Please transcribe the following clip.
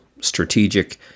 strategic